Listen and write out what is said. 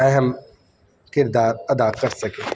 اہم کردار ادا کر سکے